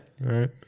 right